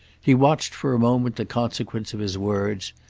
he watched for a moment the consequence of his words,